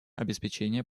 обеспечение